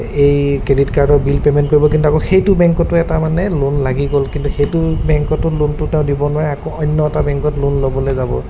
এই ক্ৰেডিট কাৰ্ডৰ bill payment কৰিব কিন্তু আকৌ সেইটো বেংকতো এটা মানে লোন লাগি গ'ল কিন্তু সেইটো বেংকতো লোনটো তেওঁ দিব নোৱাৰে আকৌ অন্য এটা বেংকত লোন ল'বলৈ যাব